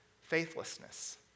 faithlessness